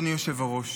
אדוני היושב-ראש,